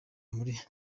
muri